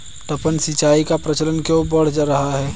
टपक सिंचाई का प्रचलन क्यों बढ़ रहा है?